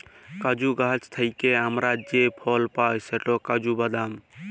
কাজু গাহাচ থ্যাইকে আমরা যে ফল পায় সেট কাজু বাদাম